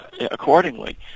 accordingly